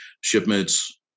shipments